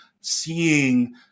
seeing